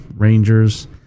rangers